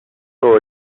saw